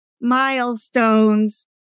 milestones